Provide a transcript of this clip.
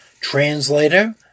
translator